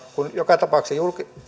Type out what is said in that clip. kun joka tapauksessa